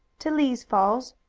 to lee's falls.